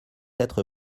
être